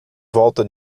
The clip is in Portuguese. volta